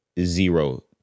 Zero